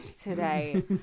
today